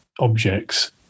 objects